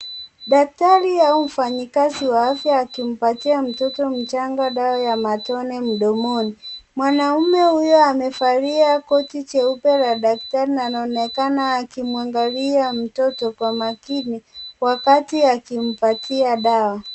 Daktari au mfanyikazi wa afya akimpatia mtoto mchanga dawa ya matone mdomoni. Mwanaume huyo amevalia koti jeupe la daktari na anaonekana akimwangalia mtoto kwa makini, wakati akimpatia dawa.